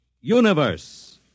Universe